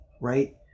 right